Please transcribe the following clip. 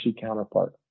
counterpart